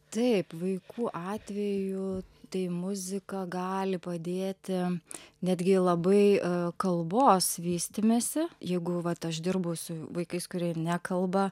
taip vaikų atveju tai muzika gali padėti netgi labai kalbos vystymesi jeigu vat aš dirbu su vaikais kurie nekalba